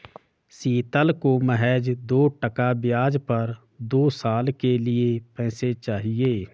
शीतल को महज दो टका ब्याज पर दो साल के लिए पैसे चाहिए